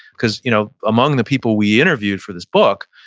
because you know among the people we interviewed for this book,